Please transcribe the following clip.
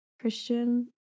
Christian